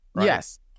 Yes